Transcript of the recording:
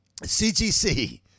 CGC